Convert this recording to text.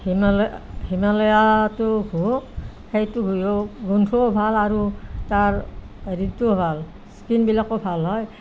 হিমালয় হিমালয়াটো ঘহোঁ সেইটো ঘঁহিও গোন্ধটোও ভাল আৰু তাৰ হেৰিটোও ভাল স্কিণবিলাকো ভাল হয়